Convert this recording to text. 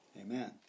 Amen